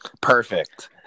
Perfect